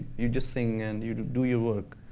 you just sing and you do your work.